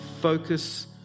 focus